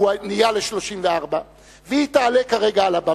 שהוא נהיה ל-34, והיא תעלה כרגע על הבמה,